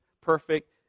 perfect